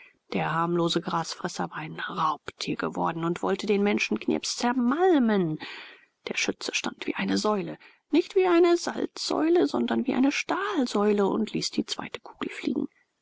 der harmlose grasfresser war ein raubtier geworden und wollte den menschenknirps zermalmen der schütze stand wie eine säule nicht wie eine salzsäule sondern wie eine stahlsäule und ließ die zweite kugel fliegen